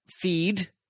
feed